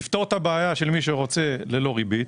יפתור את הבעיה של מי שרוצה ללא ריבית,